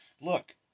Look